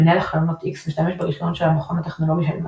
מנהל החלונות X משתמש ברישיון של המכון הטכנולוגי של מסצ'וסטס.